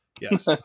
yes